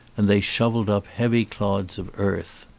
and they shovelled up heavy clods of earth.